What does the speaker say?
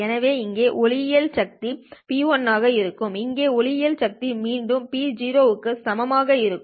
எனவே இங்கே ஒளியியல் சக்தி பி1 ஆக இருக்கும் இங்கே ஒளியியல் சக்தி மீண்டும் பி0 க்கு சமமாக இருக்கும்